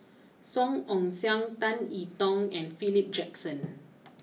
Song Ong Siang Tan I Tong and Philip Jackson